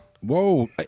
Whoa